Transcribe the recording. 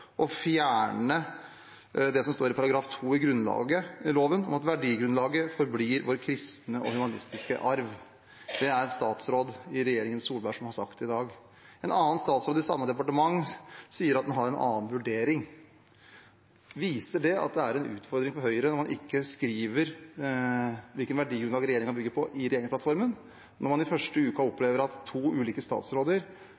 å fjerne det som står i § 2 i Grunnloven om at verdigrunnlaget forblir vår kristne og humanistiske arv. Det har en statsråd i regjeringen Solberg sagt i dag. En annen statsråd i samme departement sier at en har en annen vurdering. Viser det at det er en utfordring for Høyre at man ikke skriver hvilket verdigrunnlag regjeringen bygger på i regjeringsplattformen, når man i første